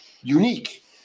unique